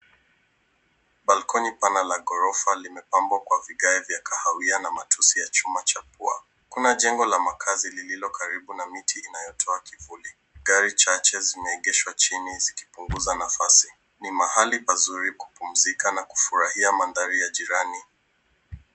Balkoni pana la ghorofa limepambwa kwa vigae vya kahawia na matusi ya chuma cha pua. Kuna jengo la makazi lililo karibu na miti inayotoa kivuli. Gari chache zimeegeshwa chini zikipunguza nafasi. Ni mahali pazuri kupumzika na kufurahia mandhari ya jirani.